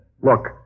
look